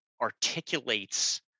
articulates